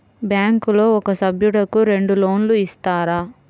బ్యాంకులో ఒక సభ్యుడకు రెండు లోన్లు ఇస్తారా?